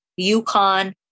UConn